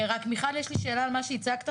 רק, מיכל, יש לי שאלה על מה שהצגת.